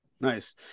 nice